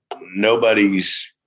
nobody's